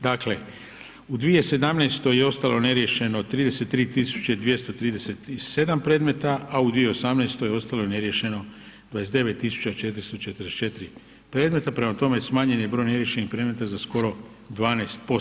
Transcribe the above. Dakle, u 2017. je ostalo neriješeno 33.237 predmeta, a u 2018. ostalo je neriješeno 29.444 predmeta, prema tome smanjen je broj neriješenih predmeta za skoro 12%